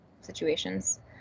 Situations